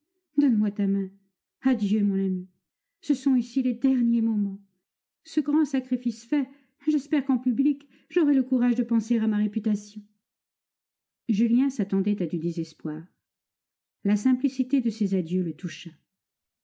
donne-moi ta main adieu mon ami ce sont ici les derniers moments ce grand sacrifice fait j'espère qu'en public j'aurai le courage de penser à ma réputation julien s'attendait à du désespoir la simplicité de ces adieux le toucha